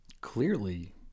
clearly